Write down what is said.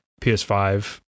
ps5